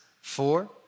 Four